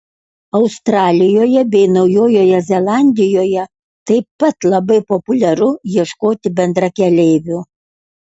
australijoje bei naujojoje zelandijoje taip pat labai populiaru ieškoti bendrakeleivių